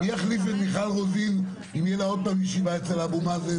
מי יחליף את מיכל רוזין אם תהיה לה עוד פעם ישיבה אצל אבו מאזן?